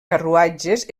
carruatges